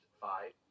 five